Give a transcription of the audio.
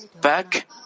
back